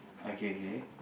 okay K K